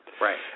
Right